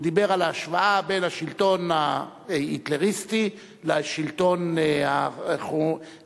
הוא דיבר על ההשוואה בין השלטון ההיטלריסטי לשלטון החומייניסטי.